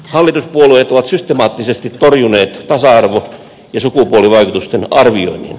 hallituspuolueet ovat systemaattisesti torjuneet tasa arvo ja sukupuolivaikutusten arvioinnin